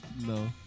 No